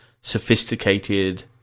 sophisticated